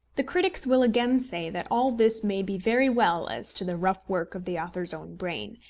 the critics will again say that all this may be very well as to the rough work of the author's own brain,